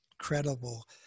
incredible